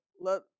let